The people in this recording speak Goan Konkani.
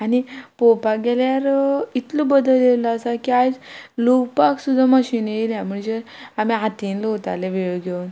आनी पळोवपाक गेल्यार इतलो बदल येयल्लो आसा की आयज लुवपाक सुद्दां मशिनां येयल्या म्हणजे आमी हातीन लुवताले विळो घेवन